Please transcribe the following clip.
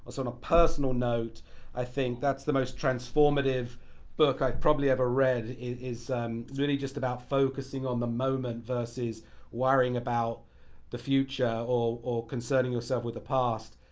so on a personal note i think that's the most transformative book, i've probably ever read is really just about focusing on the moment versus worrying about the future or or concerning yourself with the past.